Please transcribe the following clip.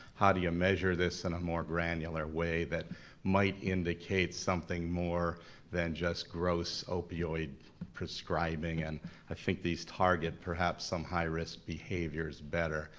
how do you measure this in a more granular way that might indicate something more than just gross opioid prescribing, and i think these target perhaps some high-risk behaviors better.